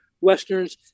westerns